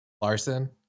Larson